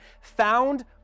found